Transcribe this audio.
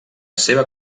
seva